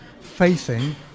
facing